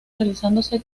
realizándose